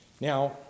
Now